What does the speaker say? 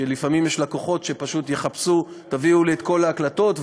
שלפעמים יש לקוחות שפשוט יחפשו: תביאו לי את כל ההקלטות,